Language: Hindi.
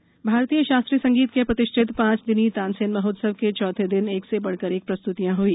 तानसेन समारोह भारतीय शास्त्रीय संगीत के प्रतिष्ठित पाँच दिनी तानसेन महोत्सव के चौथे दिन एक से बढ़कर एक प्रस्त्तियाँ हई